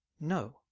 no